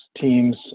teams